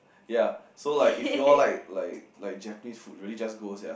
ya so like if you all like like like Japanese food really just go sia